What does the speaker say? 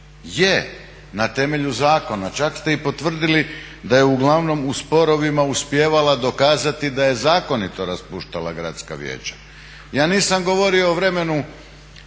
Je, na temelju zakona, čak ste i potvrdili da je uglavnom u sporovima uspijevala dokazati da je zakonito raspuštala gradska vijeća. Ja nisam govorio o vremenu